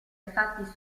infatti